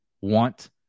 want